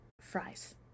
fries